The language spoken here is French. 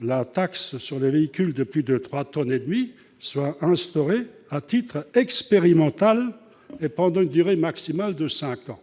la taxe sur les véhicules de plus de 3,5 tonnes sera instaurée à titre expérimental et pour une durée maximale de cinq ans.